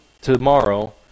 tomorrow